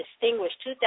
distinguished